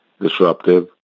disruptive